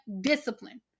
discipline